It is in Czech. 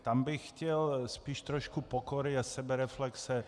Tam bych chtěl spíš trošku pokory a sebereflexe.